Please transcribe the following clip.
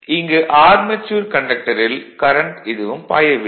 இங்கு ஆர்மெச்சூர் கண்டக்டரில் கரண்ட் எதுவும் பாயவில்லை